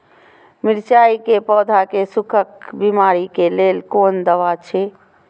मिरचाई के पौधा के सुखक बिमारी के लेल कोन दवा अछि?